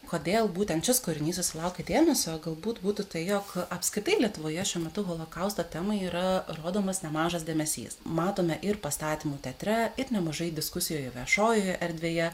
kodėl būtent šis kūrinys susilaukė dėmesio galbūt būtų tai jog apskritai lietuvoje šiuo metu holokausto temai yra rodomas nemažas dėmesys matome ir pastatymų teatre ir nemažai diskusijų viešojoje erdvėje